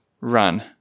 run